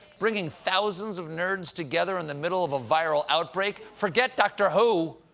bringing thousands of nerds together in the middle of a viral outbreak? forget dr. who.